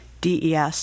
DES